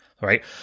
right